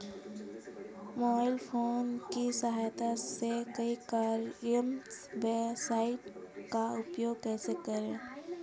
Mobile phone की सहायता से ई कॉमर्स वेबसाइट का उपयोग कैसे करें?